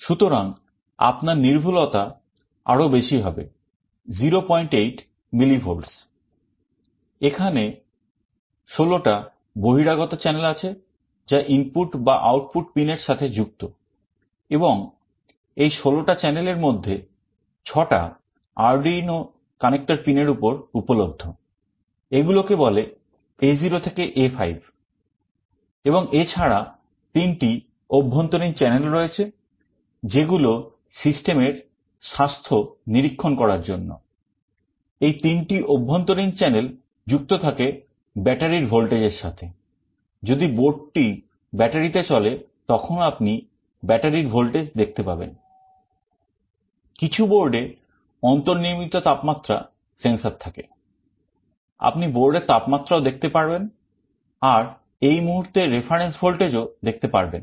সুতরাং আপনার নির্ভুলতা আরো বেশি হবে 08 millivolts এখানে 16 টা বহিরাগত channel আছে যা ইনপুট আউটপুট পিনের ভোল্টেজও দেখতে পারবেন